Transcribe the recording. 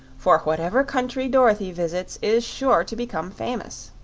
for whatever country dorothy visits is sure to become famous.